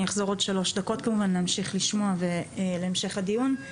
אני אחזור עוד שלוש דקות ונמשיך לשמוע ולהמשך הדיון,